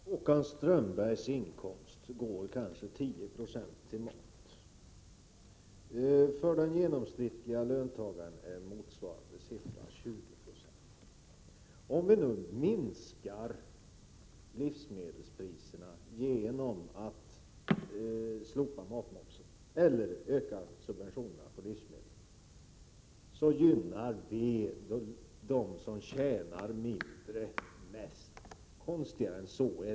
Fru talman! Av Håkan Strömbergs inkomst går kanske 10 90 till moms. För den genomsnittliga löntagaren är motsvarande siffra 20 76. Om vi nu minskar livsmedelspriserna genom att slopa matmomsen, eller öka subventionerna på livsmedel, så gynnar vi mest dem som tjänar mindre. Konstigare än så är det inte.